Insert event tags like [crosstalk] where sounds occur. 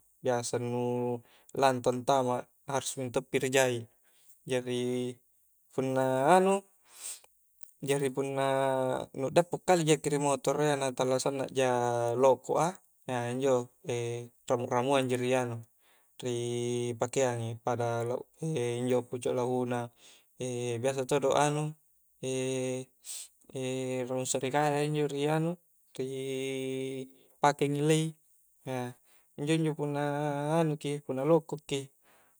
Biasa nu lantang tamak harus minto pi rijaik, jari punna anu, jari punna nu dappo kale jaki ri motoro iya na tala sanna ja loko' a [hesitation] injo [hesitation] ramu' ramuang ji ri anu ripakeangi ki pada [hesitation] injo pucuk lahuna [hesitation] biasa todo anu [hesitation] raung serikaya injo ri anu ri pake ngilei, a iinjo-njo punna anuki punna lokok ki.